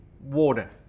water